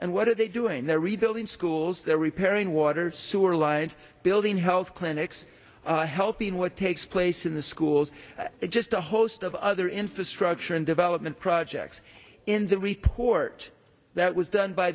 and what are they doing there rebuilding schools they're repairing water sewer lines building health clinics helping what takes place in the schools is just a host of other infrastructure and development projects in the report that was done by